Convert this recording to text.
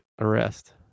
arrest